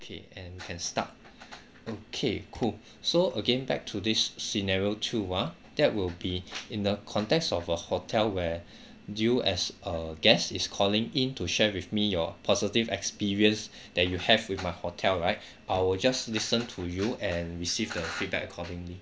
okay and can start okay cool so again back to this scenario two ah that will be in the context of a hotel where you as a guest is calling in to share with me your positive experience that you have with my hotel right I will just listen to you and receive the feedback accordingly